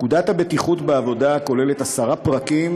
בפקודת הבטיחות בעבודה עשרה פרקים,